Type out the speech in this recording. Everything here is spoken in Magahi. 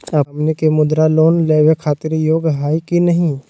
हमनी के मुद्रा लोन लेवे खातीर योग्य हई की नही?